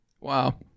Wow